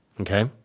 Okay